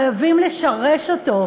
חייבים לשרש אותו.